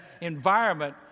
environment